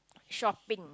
shopping